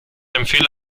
empfehle